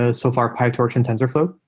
ah so far, pytorch and tensorflow,